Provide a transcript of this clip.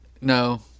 No